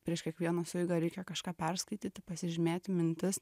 prieš kiekvieną sueigą reikia kažką perskaityti pasižymėti mintis